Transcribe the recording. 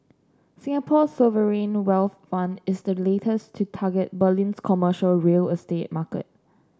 Singapore's sovereign wealth fund is the latest to target Berlin's commercial real estate market